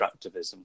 constructivism